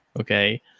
okay